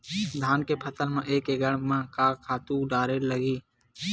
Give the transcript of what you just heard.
धान के फसल म एक एकड़ म का का खातु डारेल लगही?